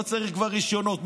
לא צריך כבר רישיונות.